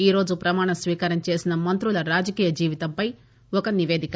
ఈరోజు పమాణస్వీకారం చేసిన మం్రతుల రాజకీయ జీవితంపై ఒక నివేదిక